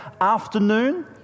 afternoon